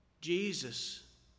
Jesus